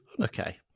Okay